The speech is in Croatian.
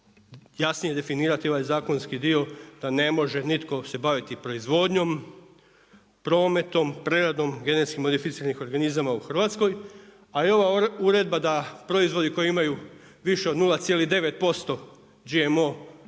jasnije definirati ovaj zakonski dio da ne može nitko se baviti proizvodnjom, prometom, preradom GMO-a u Hrvatskoj. A evo Uredba da proizvodi koji imaju više od 0,9% GMO porijekla